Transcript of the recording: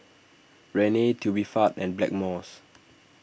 Rene Tubifast and Blackmores